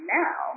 now